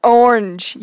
orange